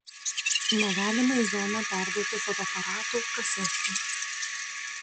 negalima į zoną perduoti fotoaparatų kasečių